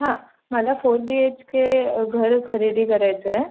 हां मला four B H K घर खरेदी करायचं आहे